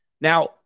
Now